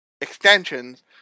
extensions